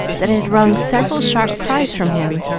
that it wrung several sharp cries from him,